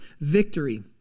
victory